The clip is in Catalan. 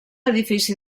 edifici